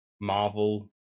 Marvel